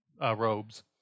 robes